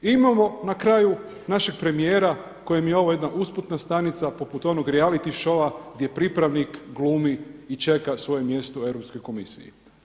I imamo na kraju našeg premijera kojem je ovo jedna usputna stanica poput onog reality showa gdje pripravnik glumi i čeka svoje mjesto u Europskoj komisiji.